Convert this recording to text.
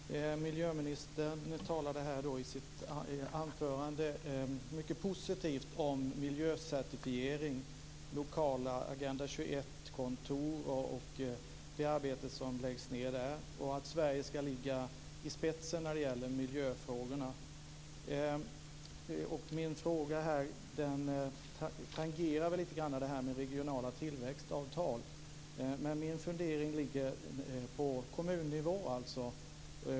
Herr talman! Miljöministern talade i sitt anförande mycket positivt om miljöcertifiering, lokala Agenda 21-kontor och det arbete som läggs ned där och att Sverige ska ligga i spetsen när det gäller miljöfrågorna. Min fråga tangerar väl lite det här med regionala tillväxtavtal, men min fundering ligger på kommunnivå.